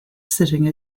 sitting